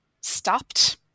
stopped